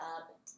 up